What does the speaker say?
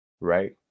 right